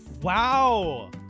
Wow